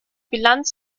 bilanz